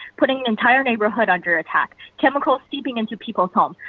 putting the entire neighborhood under attack. chemicals seeping into people's um